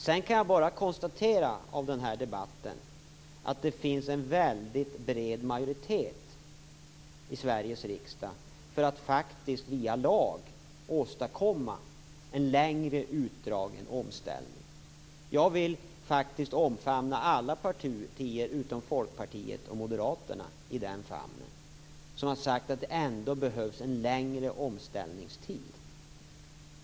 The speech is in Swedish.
Jag kan sedan bara konstatera att det i Sveriges riksdag finns en väldigt bred majoritet för att via lag åstadkomma en längre utdragen omställning. Jag vill faktiskt omfamna alla partier utom Folkpartiet och Moderaterna i den famnen. Alla dessa partier har sagt att det behövs en längre omställningstid.